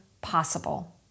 possible